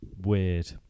weird